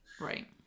right